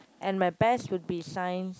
and my best will be Science